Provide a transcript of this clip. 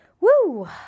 woo